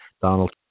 Donald